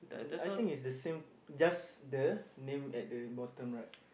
I think it's the same just the name at the bottom right